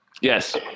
Yes